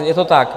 Je to tak?